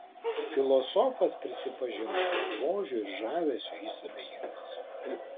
filosofas prisipažino kad grožiui ir žavesiui jis abejingas